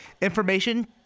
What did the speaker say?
Information